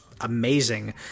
amazing